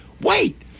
Wait